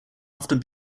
often